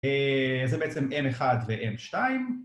זה בעצם M1 ו-M2